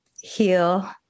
heal